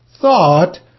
Thought